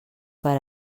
per